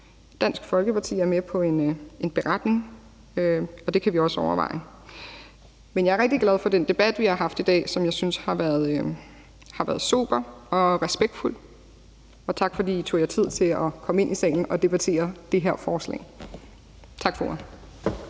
Dansk Folkeparti er med på en beretning, og det kan vi også overveje. Men jeg er rigtig glad for den debat, vi har haft i dag, som jeg synes har været sober og respektfuld. Og tak, fordi I tog jer tid til at komme ind i salen og debattere det her forslag. Tak for